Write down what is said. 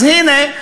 אז הנה,